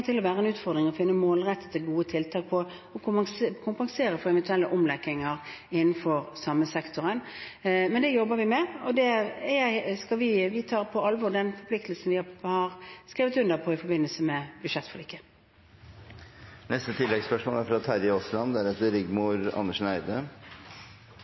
kompensere for eventuelle omlegginger innenfor den samme sektoren. Men det jobber vi med, og vi tar på alvor den forpliktelsen vi har skrevet under på i forbindelse med